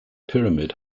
pyramid